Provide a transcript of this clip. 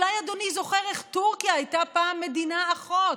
אולי אדוני זוכר איך טורקיה הייתה פעם מדינה אחות,